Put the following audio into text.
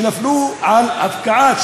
שנפלו על הפקעה,